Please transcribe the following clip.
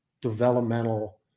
developmental